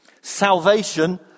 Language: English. Salvation